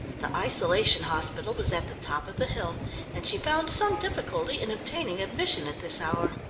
the isolation hospital was at the top of the hill and she found some difficulty in obtaining admission at this hour.